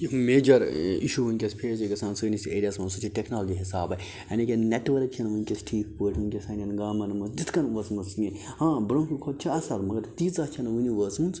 یِم major issue وُنٛکیٚس face چھِ گژھان سٲنِس ایریا ہَس منٛز سُہ چھِ ٹیٚکنالوجی حِسابہٕ یعنی کہِ نیٚٹؤرٕک چھَنہٕ وُنٛکیٚس ٹھیٖک پٲٹھۍ وُنٛکیٚس سانیٚن گامَن منٛز تِتھ کٔنۍ وٲژمٕژ کیٚنٛہہ ہاں برٛونٛہمہِ کھۄتہٕ چھِ اصٕل مگر تیٖژاہ چھَنہٕ وُنہِ وٲژمٕژ